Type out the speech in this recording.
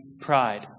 pride